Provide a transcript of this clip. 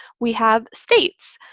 we have states.